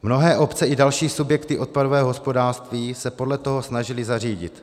Mnohé obce i další subjekty odpadového hospodářství se podle toho snažily zařídit.